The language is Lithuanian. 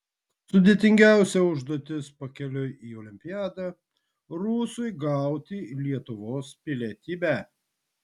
sudėtingiausia užduotis pakeliui į olimpiadą rusui gauti lietuvos pilietybę